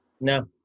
No